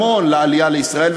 המון לעלייה לישראל,